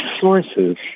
sources